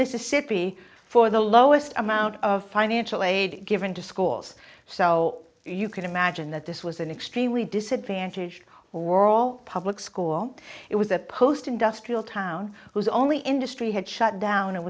mississippi for the lowest amount of financial aid given to schools so you can imagine that this was an extremely disadvantaged or all public school it was a post industrial town whose only industry had shut down and